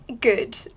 good